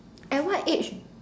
at what age